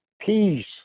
Peace